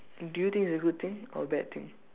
do you think it's a good thing or a bad thing